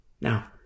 Now